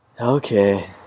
okay